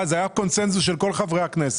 זה היה קונצנזוס של כל חברי הכנסת,